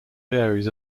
varies